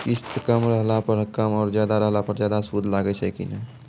किस्त कम रहला पर कम और ज्यादा रहला पर ज्यादा सूद लागै छै कि नैय?